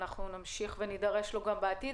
אנחנו נמשיך ונידרש לו גם בעתיד,